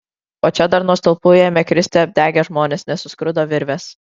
o čia dar nuo stulpų ėmė kristi apdegę žmonės nes suskrudo virvės